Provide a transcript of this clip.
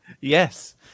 yes